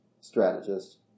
Strategist